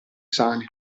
sane